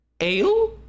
Ale